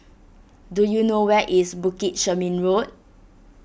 do you know where is Bukit Chermin Road